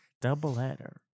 double-header